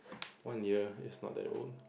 one year is not that old